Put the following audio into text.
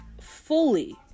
fully